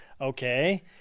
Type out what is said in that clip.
Okay